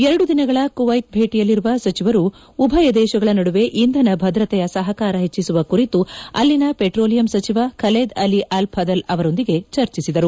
ಎರಡು ದಿನಗಳ ಕುವೈತ್ ಭೇಟೆಯಲ್ಲಿರುವ ಸಚಿವರು ಉಭಯ ದೇಶಗಳ ನಡುವೆ ಇಂಧನ ಭದ್ರತೆಯ ಸಪಕಾರ ಹೆಚ್ಚಿಸುವ ಕುರಿತು ಅಲ್ಲಿನ ವೆಟ್ರೋಲಿಯಂ ಸಚಿವ ಖಲೆದ್ ಅಲಿ ಅಲ್ ಫದೆಲ್ ಅವರೊಂದಿಗೆ ಚರ್ಚಿಸಿದರು